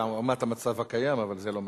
התשע"ב 2012,